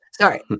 Sorry